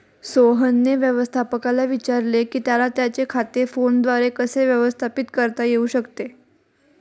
सोहनने व्यवस्थापकाला विचारले की त्याला त्याचे खाते फोनद्वारे कसे व्यवस्थापित करता येऊ शकते